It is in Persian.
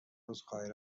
عذرخواهی